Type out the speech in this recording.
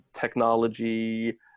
technology